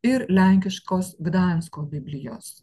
ir lenkiškos gdansko biblijos